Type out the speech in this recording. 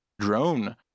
drone